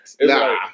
Nah